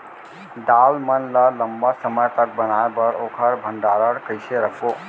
दाल मन ल लम्बा समय तक बनाये बर ओखर भण्डारण कइसे रखबो?